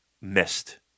missed